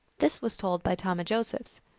this was told by tomah josephs.